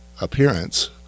appearance